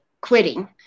quitting